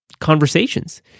conversations